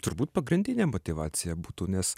turbūt pagrindinė motyvacija būtų nes